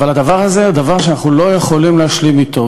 אבל הדבר הזה הוא דבר שאנחנו לא יכולים להשלים אתו,